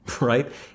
right